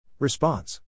Response